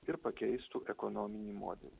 ir pakeistų ekonominį modelį